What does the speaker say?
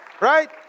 Right